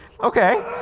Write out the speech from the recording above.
Okay